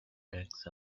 decks